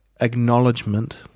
acknowledgement